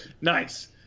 nice